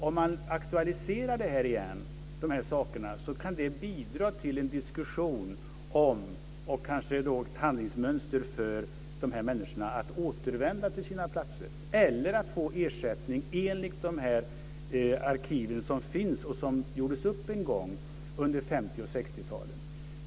Om man aktualiserar de här sakerna igen kan det bidra till en diskussion och kanske ett handlingsmönster som leder till att de här människorna kan återvända eller få ersättning enligt de arkiv som finns och som gjordes upp en gång under 50 och 60 talen.